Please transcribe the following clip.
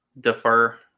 defer